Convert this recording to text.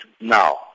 now